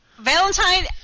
Valentine